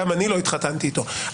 גם אני לא התחתנתי איתו,